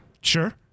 Sure